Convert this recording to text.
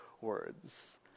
words